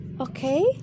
Okay